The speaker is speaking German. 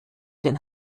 den